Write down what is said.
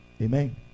Amen